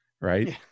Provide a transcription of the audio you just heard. right